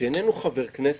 שאיננו חבר כנסת,